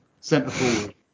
centre-forward